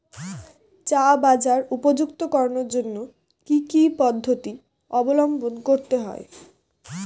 চা বাজার উপযুক্ত করানোর জন্য কি কি পদ্ধতি অবলম্বন করতে হয়?